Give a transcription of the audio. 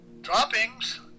droppings